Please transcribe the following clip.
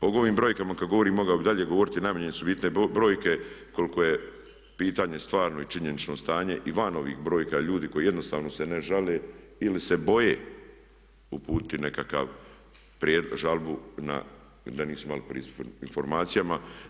O ovim brojkama kad govorim mogao bi dalje govoriti, ali najmanje su bitne brojke koliko je pitanje stvarno i činjenično stanje i van ovih brojka, ljudi koji jednostavno se ne žale ili se boje uputiti nekakvu žalbu da nisu imali pristup informacijama.